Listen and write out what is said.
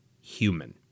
human